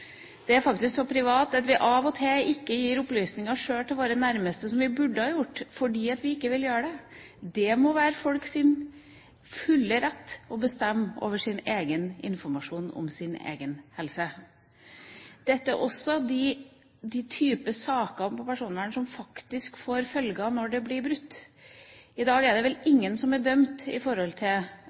Det er faktisk så privat at vi av og til ikke engang gir opplysninger sjøl til våre nærmeste, som vi burde ha gjort, fordi vi ikke vil. Det må være folks fulle rett å bestemme over informasjon om sin egen helse. Dette er også de typer saker som faktisk får følger når personvernet blir brutt. I dag er det vel ingen som er dømt